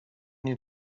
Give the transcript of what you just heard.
nie